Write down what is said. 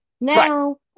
Now